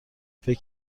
فکر